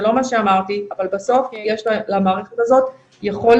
זה לא מה שאמרתי, אבל יש למערכת הזאת יכולת